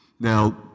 now